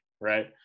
right